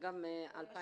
ייתכן.